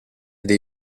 dei